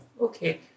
Okay